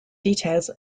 details